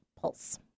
Pulse